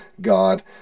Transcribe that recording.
God